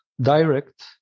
direct